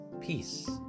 peace